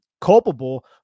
culpable